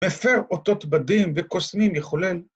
‫מפר אותות בדים וקוסמים יחולל.